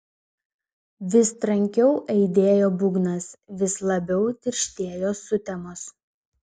vis trankiau aidėjo būgnas vis labiau tirštėjo sutemos